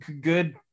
good